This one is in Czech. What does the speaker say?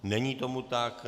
Není tomu tak.